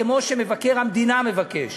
כמו שמבקר המדינה מבקש,